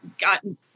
gotten